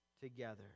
together